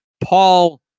Paul